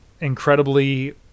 incredibly